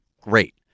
great